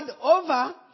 over